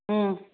ꯎꯝ